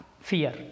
fear